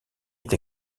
est